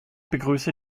begrüße